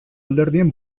alderdien